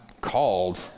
called